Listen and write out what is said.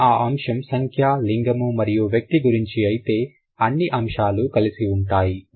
కానీ ఆ అంశము సంఖ్య లింగము మరియు వ్యక్తి గురించి అయితే అన్ని అంశాలు కలిసి ఉంటాయి